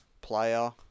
player